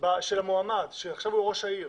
של המועמד שעכשיו הוא ראש העיר